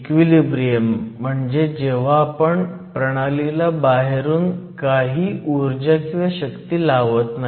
equilibrium म्हणजे जेव्हा आपण प्रणालीला बाहेरून काही ऊर्जाशक्ती लावत नाही